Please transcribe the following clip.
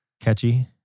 catchy